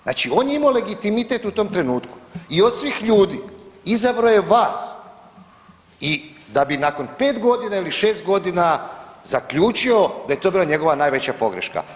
Znači on je imao legitimitet u tom trenutku i od svih ljudi izabrao je vas i da bi nakon 5 godina ili 6 godina zaključio da je to bio njegova najveća pogreška.